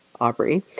Aubrey